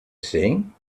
sing